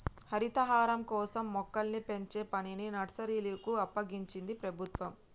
హరితహారం కోసం మొక్కల్ని పెంచే పనిని నర్సరీలకు అప్పగించింది ప్రభుత్వం